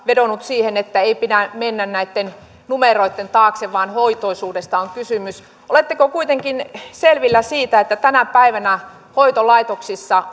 vedonnut siihen että ei pidä mennä näitten numeroitten taakse vaan hoitoisuudesta on kysymys oletteko kuitenkin selvillä siitä että tänä päivänä hoitolaitoksissa